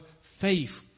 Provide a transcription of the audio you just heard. faith